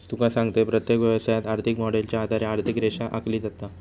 तुका सांगतंय, प्रत्येक व्यवसायात, आर्थिक मॉडेलच्या आधारे आर्थिक रेषा आखली जाता